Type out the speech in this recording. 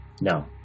no